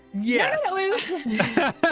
Yes